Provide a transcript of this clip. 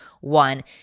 one